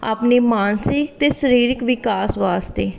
ਆਪਣੀ ਮਾਨਸਿਕ ਅਤੇ ਸਰੀਰਿਕ ਵਿਕਾਸ ਵਾਸਤੇ